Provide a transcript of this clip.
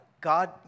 God